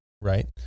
right